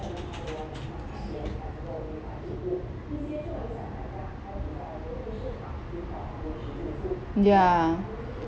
ya